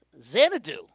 Xanadu